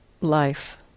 life